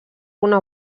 una